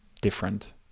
different